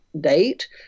date